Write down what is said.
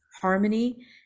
harmony